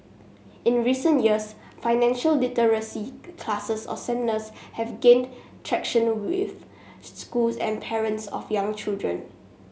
in the recent years financial literacy classes or seminars have gained traction with schools and parents of young children